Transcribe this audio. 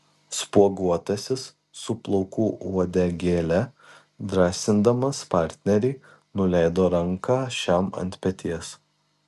spuoguotasis su plaukų uodegėle drąsindamas partnerį nuleido ranką šiam ant peties